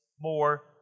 more